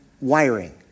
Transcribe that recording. wiring